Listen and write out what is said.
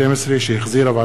שהחזירה ועדת החוקה,